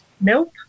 Nope